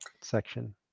section